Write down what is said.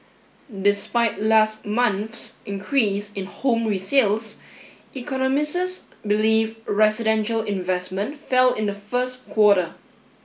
despite last month's increase in home resales believe residential investment fell in the first quarter